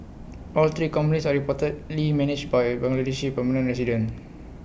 all three companies are reportedly managed by A Bangladeshi permanent resident